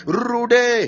rude